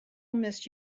miss